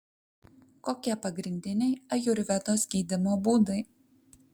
kokie pagrindiniai ajurvedos gydymo būdai